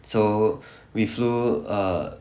so we flew err